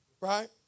right